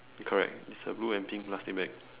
correct it's a blue and pink plastic bag